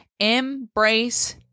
embrace